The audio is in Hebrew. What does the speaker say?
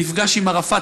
נפגש עם ערפאת,